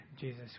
Jesus